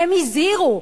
הם הזהירו,